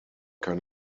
kann